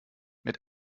mit